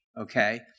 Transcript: okay